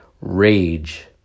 Rage